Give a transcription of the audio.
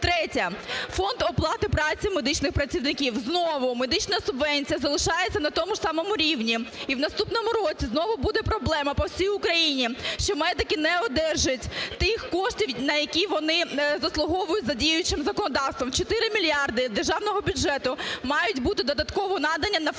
Третє. Фонд оплати праці медичних працівників. Знову медична субвенція залишається на тому ж самому рівні і у наступному році знову буде проблема по всій Україні, що медики не одержать тих коштів, на які вони заслуговують за діючим законодавством, 4 мільярди державного бюджету мають бути додатково надані на Фонд